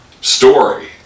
story